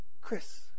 Chris